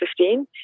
2015